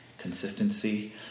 consistency